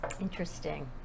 Interesting